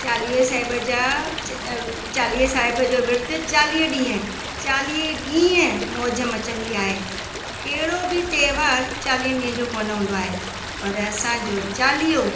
चालीहो साहिब जा चालीहे साहिब जो विर्तु चालीह ॾींहं चालीह ॾींहं मौज मचंदी आहे कहिड़ो बि त्योहारु चालीह ॾींहंनि जो कोन हूंदो आहे पर असांजो चालीहो